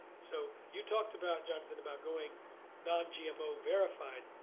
so you talked about jonathan about going non-gmo verified.